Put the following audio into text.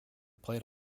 played